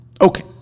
Okay